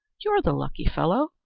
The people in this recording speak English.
you're the lucky fellow.